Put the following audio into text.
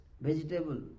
vegetable